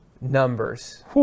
numbers